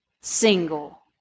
single